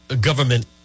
government